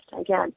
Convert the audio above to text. Again